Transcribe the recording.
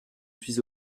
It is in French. suis